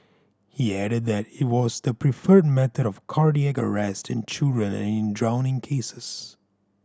he added that it was the preferred method of cardiac arrest in children and in drowning cases